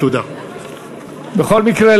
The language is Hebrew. כמו כן